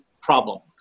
problem